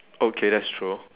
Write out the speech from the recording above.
okay that's true